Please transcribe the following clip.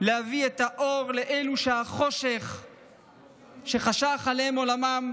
להביא את האור לאלו שחשך עליהם עולמם,